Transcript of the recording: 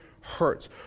hurts